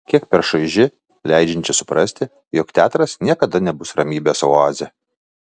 kiek per šaiži leidžianti suprasti jog teatras niekada nebus ramybės oazė